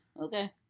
Okay